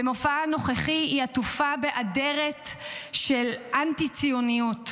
במופעה הנוכחי היא עטופה באדרת של אנטי-ציוניות.